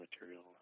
material